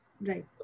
right